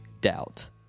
Doubt